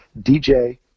DJ